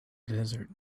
desert